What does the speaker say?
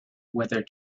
whether